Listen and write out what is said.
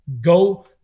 go